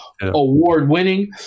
award-winning